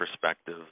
perspective